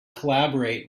collaborate